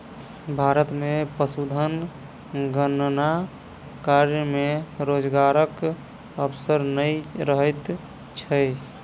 भारत मे पशुधन गणना कार्य मे रोजगारक अवसर नै रहैत छै